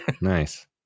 Nice